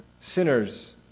sinners